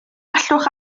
allwch